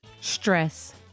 Stress